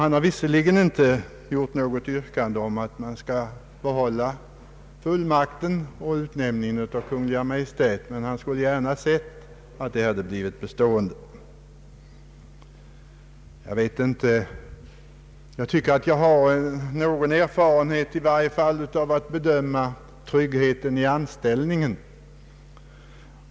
Han har visserligen inte yrkat att man skall behålla systemet med fullmakt och utnämning av Kungl. Maj:t, men han skulle gärna ha sett att detta förfaringssätt blivit bestående. Jag har i varje fall någon erfarenhet när det gäller att bedöma tryggheten i anställningen.